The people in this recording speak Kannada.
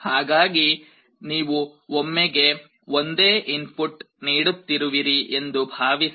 ಹಾಗಾಗಿ ನೀವು ಒಮ್ಮೆಗೆ ಒಂದೇ ಇನ್ಪುಟ್ ನೀಡುತ್ತಿರುವಿರಿ ಎಂದು ಭಾವಿಸಿ